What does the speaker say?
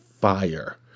fire